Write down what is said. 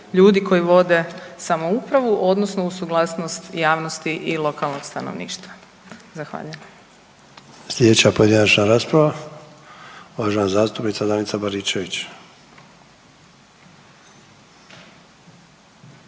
ljudi koji vode samoupravu odnosno uz suglasnost javnosti i lokalnog stanovništva. Zahvaljujem. **Sanader, Ante (HDZ)** Slijedeća pojedinačna rasprava, uvažena zastupnica Danica Baričević.